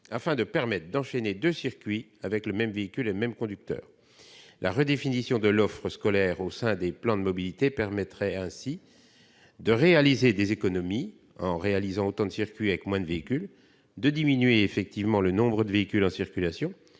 afin de permettre d'enchaîner deux circuits avec le même véhicule et le même conducteur. La redéfinition de l'offre scolaire au sein des plans de mobilité permettrait de faire des économies en réalisant autant de circuits avec moins de véhicules, de diminuer le nombre de véhicules en circulation,